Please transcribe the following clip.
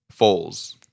Foles